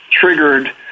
triggered